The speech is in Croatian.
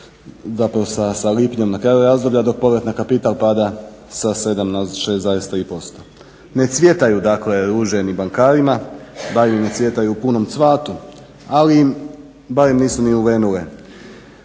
zapravo sa lipnjom na kraju razdoblja dok povrat na kapital pada sa 7 na 6,3%. Ne cvjetaju, dakle ruže ni bankarima, barem im ne cvjetaju u punom cvatu. Ali im barem nisu ni uvenule.